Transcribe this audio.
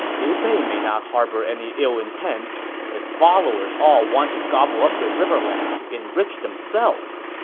liu bei may not harbor any ill intent, but his followers all want to gobble up the riverlands to enrich themselves.